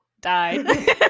died